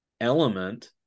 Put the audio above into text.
element